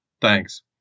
Thanks